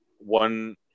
one